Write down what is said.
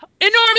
enormous